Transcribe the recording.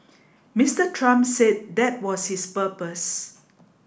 Mister Trump said that was his purpose